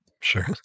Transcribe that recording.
Sure